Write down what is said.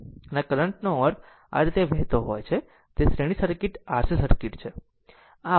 અને આ કરંટ નો અર્થ તે આ રીતે વહેતો હોય છે તે શ્રેણી સર્કિટ RC સર્કિટ છે